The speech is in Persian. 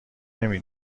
نمی